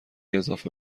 اضافه